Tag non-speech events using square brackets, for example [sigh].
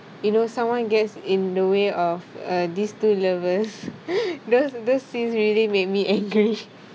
you know someone gets in the way of uh these two lovers [laughs] those those scenes really made me angry